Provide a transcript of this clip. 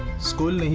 school